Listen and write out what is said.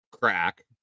crack